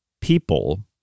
people